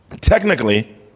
Technically